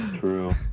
True